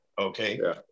Okay